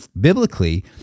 biblically